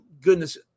goodness